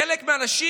חלק מהאנשים